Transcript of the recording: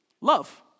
love